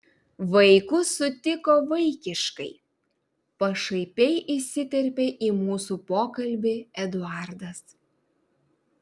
vaikus sutiko vaikiškai pašaipiai įsiterpė į mūsų pokalbį eduardas